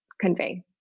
convey